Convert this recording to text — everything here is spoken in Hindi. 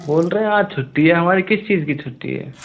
बोल रहे है आज छुट्टी है हमारी किस चीज कि छुट्टी है